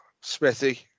Smithy